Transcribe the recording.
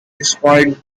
despite